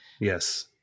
Yes